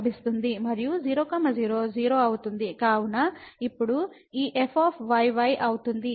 మరియు 0 0 0 అవుతుంది కావున ఇప్పుడు ఈ fyy అవుతుంది